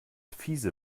fiese